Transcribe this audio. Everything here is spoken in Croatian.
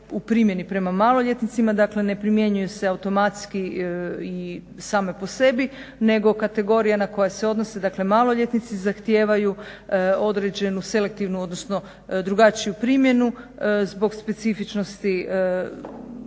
u primjeni prema maloljetnicima dakle ne primjenjuju se automatski same po sebi nego kategorija na koje se odnosi dakle maloljetnici zahtijevaju određenu selektivnu odnosno drugačiju primjenu zbog specifičnosti strukture